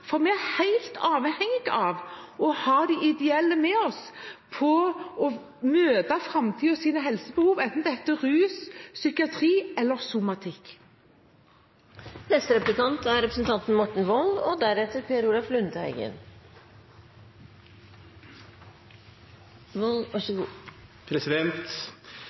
for vi er helt avhengige av å ha de ideelle med oss for å møte framtidens helsebehov, enten det er rus, psykiatri eller somatikk. Det er med en viss undring jeg har fulgt Kristelig Folkeparti og